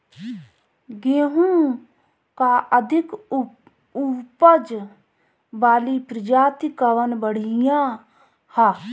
गेहूँ क अधिक ऊपज वाली प्रजाति कवन बढ़ियां ह?